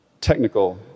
technical